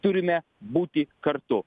turime būti kartu